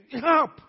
Help